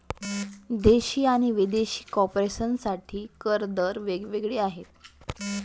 देशी आणि विदेशी कॉर्पोरेशन साठी कर दर वेग वेगळे आहेत